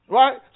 right